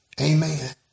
Amen